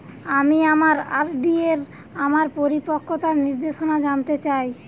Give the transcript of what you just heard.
আমি আমার আর.ডি এর আমার পরিপক্কতার নির্দেশনা জানতে চাই